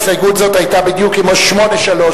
הסתייגות זו היתה בדיוק כמו 8(3),